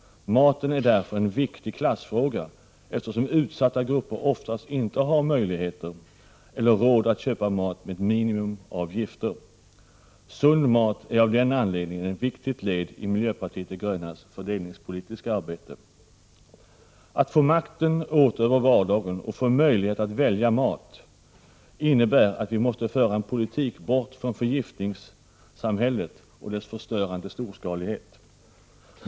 Maten är därför en viktig klassfråga, eftersom utsatta grupper oftast inte har möjligheter eller råd att köpa mat med ett minimum av gifter. Sund mat är av den anledningen ett viktigt led i miljöpartiet de grönas fördelningspolitiska arbete. Att få makten åter över vardagen och få möjlighet att välja mat innebär att vi måste föra en politik bort från förgiftningssamhället och dess förstörande storskalighet.